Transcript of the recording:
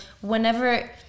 whenever